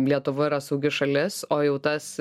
lietuva yra saugi šalis o jau tas